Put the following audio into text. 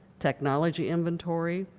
technology inventory,